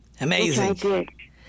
Amazing